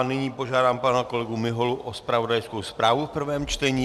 Nyní požádám pana kolegu Miholu o zpravodajskou zprávu v prvém čtení.